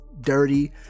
dirty